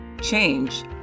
Change